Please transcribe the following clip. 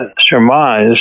surmise